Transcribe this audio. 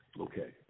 Okay